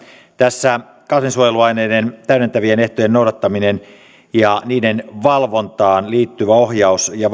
tässä kasvinsuojeluaineiden täydentävien ehtojen noudattaminen ja niiden valvontaan liittyvät ohjaus ja